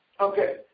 Okay